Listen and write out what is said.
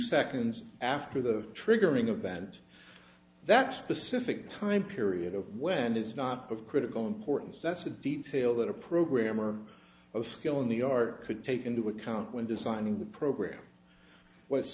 seconds after the triggering event that specific time period of when is not of critical importance that's a detail that a programmer of skill in the art could take into account when designing the program what's